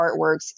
artworks